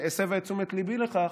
שהסבה את תשומת ליבי לכך,